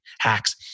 hacks